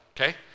okay